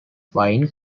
fine